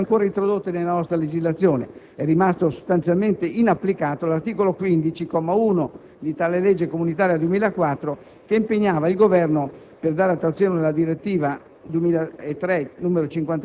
le sue disposizioni non sono state ancora introdotte nella nostra legislazione. È rimasto sostanzialmente inapplicato l'articolo 15, comma 1, di tale legge, che impegnava il Governo, per dare attuazione alla direttiva